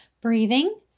breathing